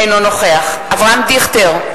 אינו נוכח אברהם דיכטר,